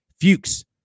Fuchs